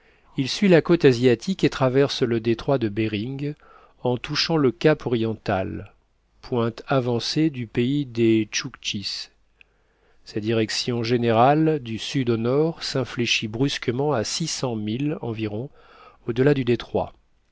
il suit la côte asiatique et traverse le détroit de behring en touchant le cap oriental pointe avancée du pays des tchouktchis sa direction générale du sud au nord s'infléchit brusquement à six cents milles environ au-delà du détroit